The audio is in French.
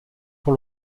pour